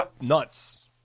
nuts